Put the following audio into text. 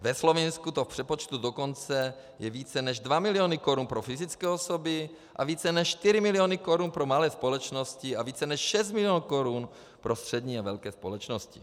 Ve Slovinsku to je v přepočtu dokonce více než 2 miliony korun pro fyzické osoby a více než 4 miliony korun pro malé společnosti a více než 6 milionů korun pro střední a velké společnosti.